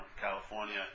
California